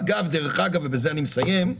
דרך אגב, ובזה אני מסיים,